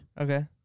Okay